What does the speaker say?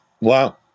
Wow